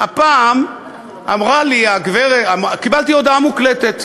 הפעם קיבלתי הודעה מוקלטת.